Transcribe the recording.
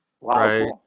right